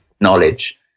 knowledge